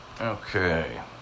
Okay